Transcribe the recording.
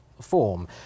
form